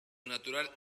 natural